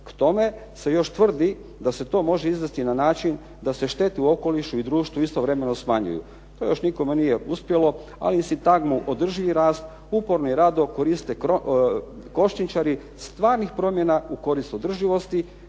K tome se još tvrdi da se to može izvesti na način da se štete u okolišu i društvu istovremeno smanjuju. To još nikome nije uspjelo, ali i sintagmu održivi rast uporni rad koriste košnjičari stvarnih promjena u koristodrživosti